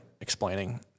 explaining